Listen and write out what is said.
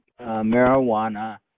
marijuana